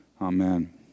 Amen